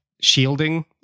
shielding